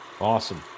Awesome